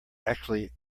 actually